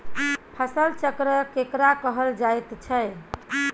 फसल चक्र केकरा कहल जायत छै?